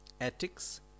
ethics